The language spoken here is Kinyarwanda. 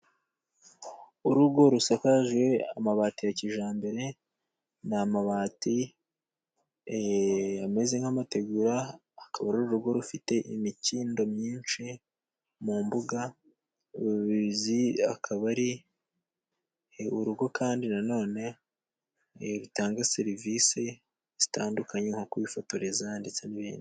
Urugo rusakaje amabati ya kijyambere, n'amabati ameze nk'amategura, akaba ari urugo rufite imikindo myinshi mu mbuga, akaba ari urugo kandi nanone rutanga serivisi zitandukanye, nko kuhifotoreza ndetse n'ibindi.